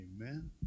Amen